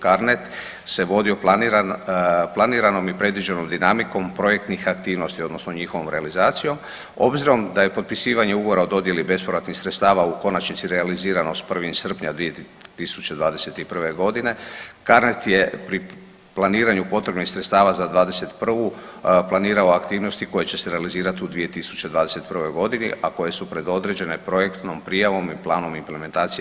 Carnet se vodio planiranom i predviđenom dinamikom projektnih aktivnosti odnosno njihovom realizacijom obzirom da je potpisivanje ugovora o dodjeli bespovratnih sredstava u konačnici realizirano s 1. srpnja 2021. godine, Carnet je pri planiranju potrebnih sredstava za '21. planirano aktivnosti koje će se realizirati u '21. godini, a koje su predodređene projektnom prijavom i planom implementacije.